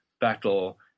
battle